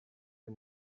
uyu